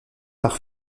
par